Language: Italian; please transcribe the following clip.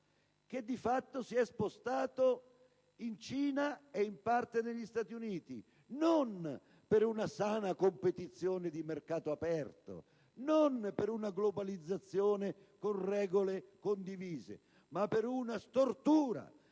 che, di fatto, si è spostato in Cina e, in parte, negli Stati Uniti; ma non per una sana competizione di mercato aperto, non per una globalizzazione con regole condivise, ma per una stortura,